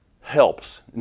Helps